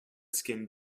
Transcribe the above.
skin